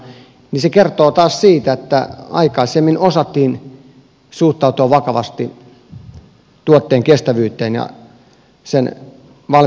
se kertoo taas siitä että aikaisemmin osattiin suhtautua vakavasti tuotteen kestävyyteen ja sen valmistamiseen